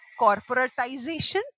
corporatization